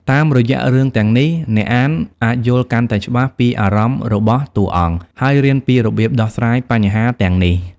តាមរយៈរឿងទាំងនេះ អ្នកអានអាចយល់កាន់តែច្បាស់ពីអារម្មណ៍របស់តួអង្គ ហើយរៀនពីរបៀបដោះស្រាយបញ្ហាទាំងនេះ។